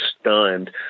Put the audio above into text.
stunned